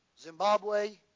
Zimbabwe